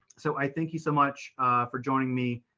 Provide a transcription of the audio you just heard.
so i thank you so much for joining me,